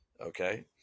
Okay